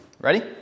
Ready